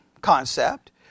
concept